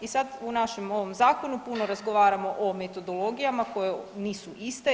I sad u našem ovom zakonu puno razgovaramo o metodologijama koje nisu iste.